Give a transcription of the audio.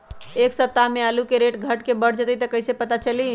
एक सप्ताह मे आलू के रेट घट ये बढ़ जतई त कईसे पता चली?